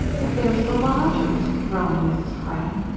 but there's the lodgers, groaned mrs. crane,